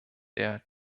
der